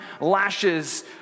lashes